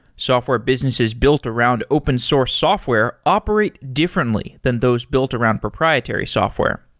software businesses built around open source software operate differently than those built around proprietary software.